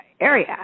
area